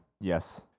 Yes